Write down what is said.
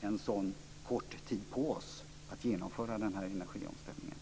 en så kort tid på oss att genomföra energiomställningen.